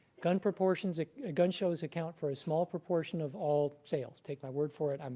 gun proportions at gun shows account for a small proportion of all sales. take my word for it. um